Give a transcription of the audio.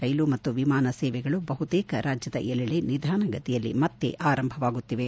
ರೈಲು ಮತ್ತು ವಿಮಾನ ಸೇವೆಗಳು ಬಹುತೇಕ ರಾಜ್ದದ ಎಲ್ಲೆಡೆ ನಿಧಾನಗತಿಯಲ್ಲಿ ಮತ್ತೆ ಆರಂಭವಾಗುತ್ತಿವೆ